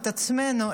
את עצמנו,